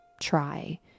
try